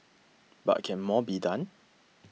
but can more be done